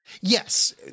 Yes